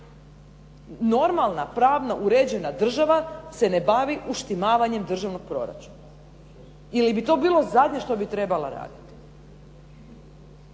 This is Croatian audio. Normalna pravno uređena država se ne bavi uštimavanjem državnog proračuna. Ili bi to bilo zadnje što bi trebala raditi.